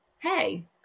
Hey